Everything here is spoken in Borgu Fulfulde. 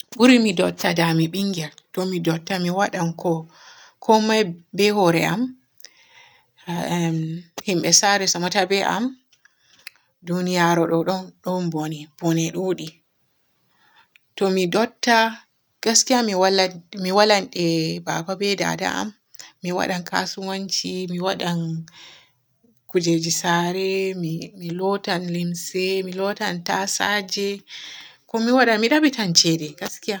Buri mi dutta da mi ɓingel. To mi dutta mi waadan ko-komay be hoore am, haa emm himɓe saare somata be am. Duniyaru ɗo ɗon-ɗon bone, bone duudi. To mi dutta gaskiya mi waalan mi waala e dada be baba am, mi waadan kasuwanci, mi waadan kujeji saare, mo lootan limse, mi lootan tasaje, ko mi waada mi dabbitay ceede gaskiya.